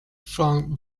flung